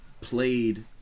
played